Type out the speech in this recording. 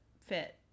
fit